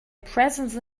presence